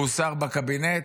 הוא שר בקבינט: